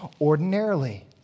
ordinarily